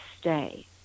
stay